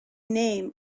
name